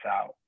out